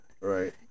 Right